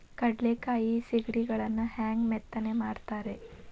ಕಡಲೆಕಾಯಿ ಸಿಗಡಿಗಳನ್ನು ಹ್ಯಾಂಗ ಮೆತ್ತನೆ ಮಾಡ್ತಾರ ರೇ?